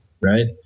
Right